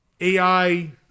AI-